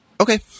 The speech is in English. Okay